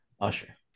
usher